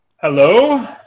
Hello